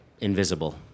invisible